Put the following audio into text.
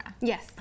Yes